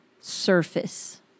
surface